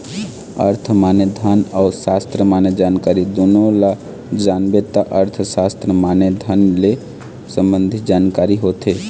अर्थ माने धन अउ सास्त्र माने जानकारी दुनो ल जानबे त अर्थसास्त्र माने धन ले संबंधी जानकारी होथे